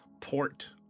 port